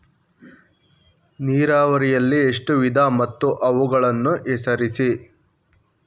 ನೀರಾವರಿಯಲ್ಲಿ ಎಷ್ಟು ವಿಧ ಮತ್ತು ಅವುಗಳನ್ನು ಹೆಸರಿಸಿ?